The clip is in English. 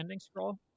scroll